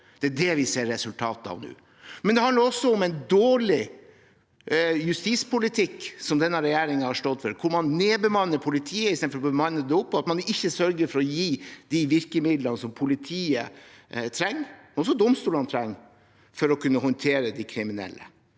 det er det vi ser resultatet av nå. Det handler også om en dårlig justispolitikk som denne regjeringen har stått for, hvor man nedbemanner politiet istedenfor å bemanne det opp, og ikke sørger for å gi de virkemidlene som politiet og domstolene trenger, for å kunne håndtere de kriminelle.